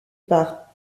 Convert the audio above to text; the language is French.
par